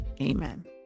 Amen